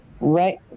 Right